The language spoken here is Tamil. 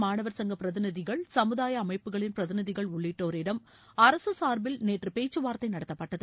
மாணவர் சங்க பிரதிநிதிகள் சமுதாய அமைப்புகளின் பிரதிநிதிகள் இது தொடர்பாக உள்ளிட்டோரிடம் அரசு சாா்பில் நேற்று பேச்சுவாா்த்தை நடத்தப்பட்டது